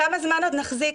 כמה זמן עוד נחזיק?